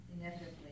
Inevitably